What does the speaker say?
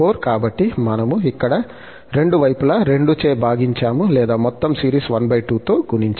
కాబట్టి మనము ఇక్కడ రెండు వైపులా 2 చే భాగించాము లేదా మొత్తం సిరీస్ 12 తో గుణించాము